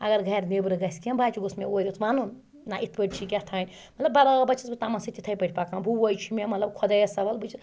اگر گَرِ نیٚبرٕ گَژھِ کینٛہہ بَچہٕ گوٚژھ مےٚ اورٕ یِتھ وَنُن نہ یِتھ پٲٹھۍ چھُ کینٛہہ تانۍ مَطلَب بَرابر چھس بہٕ تمن سۭتۍ تِتھٕے پٲٹھۍ پَکان بوے چھُ مےٚ مَطلَب خۄدایَس حَوال بہٕ چھس تِم چھِ مےٚ مَطلَب